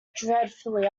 dreadfully